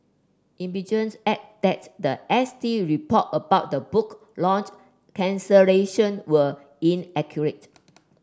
added that the S T report about the book launch cancellation were inaccurate